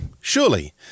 surely